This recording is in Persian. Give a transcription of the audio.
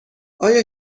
آیا